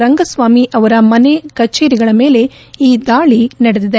ರಂಗಸ್ವಾಮಿ ಅವರ ಮನೆ ಕಚೇರಿಗಳ ಮೇಲೆ ಈ ದಾಳಿ ನಡೆಸಿದೆ